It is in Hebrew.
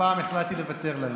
הפעם החלטתי לוותר להם.